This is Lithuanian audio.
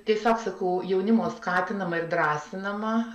tiesiog sakau jaunimo skatinama ir drąsinama